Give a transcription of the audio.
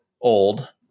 old